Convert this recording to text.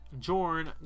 jorn